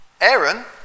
Aaron